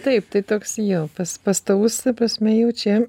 taip tai toks jo pas pastovus ta prasme jau čia